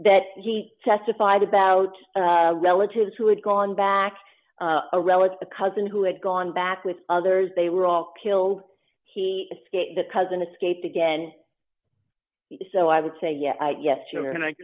that he testified about relatives who had gone back a relative a cousin who had gone back with others they were all killed he escaped the cousin escaped again so i would say yes yes sure and i